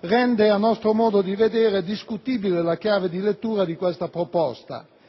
rende a nostro modo di vedere discutibile la chiave di lettura di questa proposta: